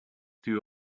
two